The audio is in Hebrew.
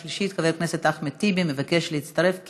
אני אוסיף אותך לפרוטוקול